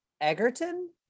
egerton